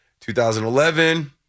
2011